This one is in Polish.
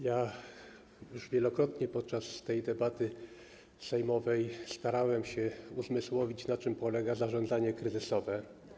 Ja już wielokrotnie podczas tej debaty sejmowej starałem się uzmysłowić, na czym polega zarządzanie kryzysowe.